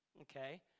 Okay